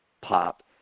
pop